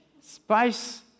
spice